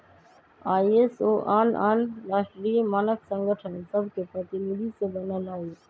ISO आन आन राष्ट्रीय मानक संगठन सभके प्रतिनिधि से बनल हइ